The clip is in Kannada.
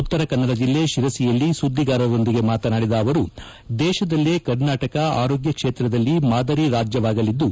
ಉತ್ತರಕನ್ನಡ ಜೆಲ್ಲೆ ಶಿರಸಿಯಲ್ಲಿ ಸುದ್ದಿಗಾರರೊಂದಿಗೆ ಮಾತನಾಡಿದ ಅವರು ದೇಶದಲ್ಲೇ ಕರ್ನಾಟಕ ಆರೋಗ್ಗ ಕ್ಷೇತ್ರದಲ್ಲಿ ಮಾದರಿ ರಾಜ್ಯವಾಗಲಿದ್ದು